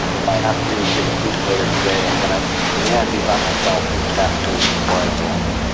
if i have to give a speech later today i'm going to in the end be by myself you know backstage before i go on.